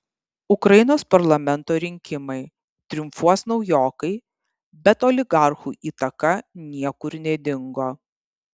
ukrainos parlamento rinkimai triumfuos naujokai bet oligarchų įtaka niekur nedingo